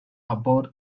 abode